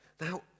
Now